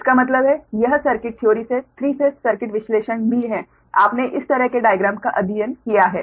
इसका मतलब है यह सर्किट थ्योरी से 3 फेस सर्किट विश्लेषण भी है आपने इस तरह के डाइग्राम का अध्ययन किया है